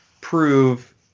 prove